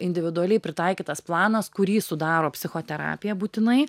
individualiai pritaikytas planas kurį sudaro psichoterapija būtinai